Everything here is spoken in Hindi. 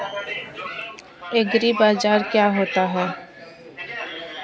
एग्रीबाजार क्या होता है?